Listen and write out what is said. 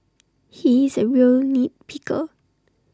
he is A real nit picker